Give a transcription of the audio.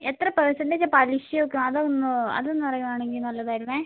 എത്ര പെർസന്റേജ് ആണ് പലിശയൊക്കെ അതൊന്ന് അതൊന്ന് പറയുവാണെങ്കിൽ നല്ലതായിരുന്നേ